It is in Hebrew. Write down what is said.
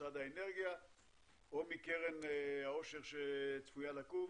ממשרד האנרגיה או מקרן העושר שצפויה לקום.